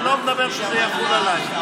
אני לא מדבר שזה יחול עליי,